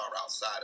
outside